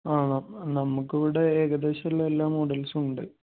ആണ് നമുക്ക് ഇവിടെ ഏകദേശമുള്ള എല്ലാ മോഡൽസും ഉണ്ട്